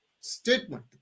statement